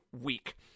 week